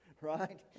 right